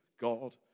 God